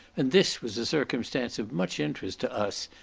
and this was a circumstance of much interest to us,